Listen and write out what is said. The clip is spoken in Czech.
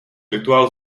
rituál